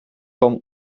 kwam